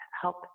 help